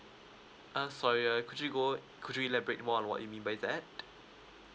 err sorry err could you go could you elaborate more on what you mean by that